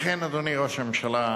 לכן, אדוני ראש הממשלה,